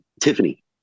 Tiffany